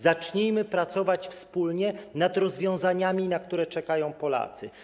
Zacznijmy pracować wspólnie nad rozwiązaniami, na które czekają Polacy.